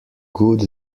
good